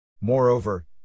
Moreover